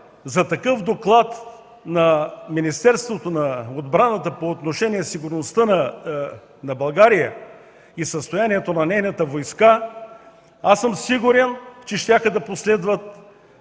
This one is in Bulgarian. за такъв доклад на Министерството на отбраната – от министъра, по отношение сигурността на България и състоянието на нейната войска, аз съм сигурен, че щяха да последват